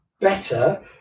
better